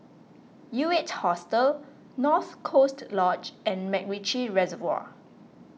U eight Hostel North Coast Lodge and MacRitchie Reservoir